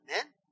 Amen